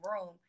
room